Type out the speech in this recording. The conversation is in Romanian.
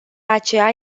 aceea